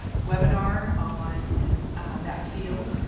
ah webinar on that field,